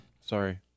Sorry